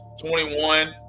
21